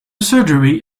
surgery